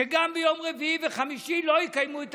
שגם ביום רביעי וחמישי לא יקיימו את